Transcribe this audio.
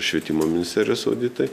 švietimo ministerijos auditai